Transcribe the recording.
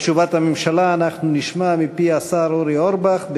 את תשובת הממשלה אנחנו נשמע מפי השר אורי אורבך,